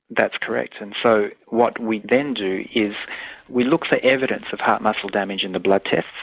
that's correct. and so what we then do is we look for evidence of heart muscle damage in the blood tests,